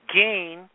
gain